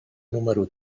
número